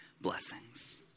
blessings